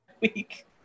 week